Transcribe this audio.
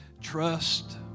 Trust